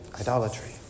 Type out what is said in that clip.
idolatry